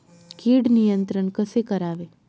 कीड नियंत्रण कसे करावे?